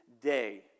day